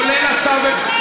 כולל התווך,